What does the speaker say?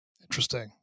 Interesting